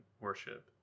worship